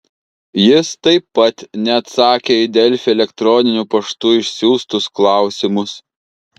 jis taip pat neatsakė į delfi elektroniniu paštu išsiųstus klausimus